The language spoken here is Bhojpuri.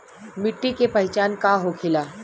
मिट्टी के पहचान का होखे ला?